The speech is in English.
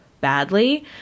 badly